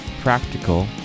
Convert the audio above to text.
practical